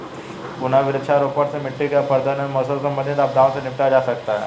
पुनः वृक्षारोपण से मिट्टी के अपरदन एवं मौसम संबंधित आपदाओं से निपटा जा सकता है